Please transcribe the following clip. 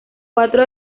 cuatro